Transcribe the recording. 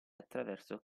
attraverso